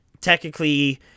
technically